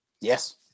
Yes